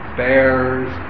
bears